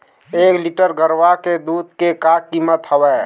एक लीटर गरवा के दूध के का कीमत हवए?